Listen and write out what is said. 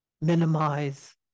minimize